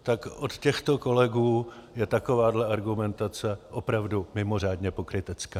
Tak od těchto kolegů je takováhle argumentace opravdu mimořádně pokrytecká.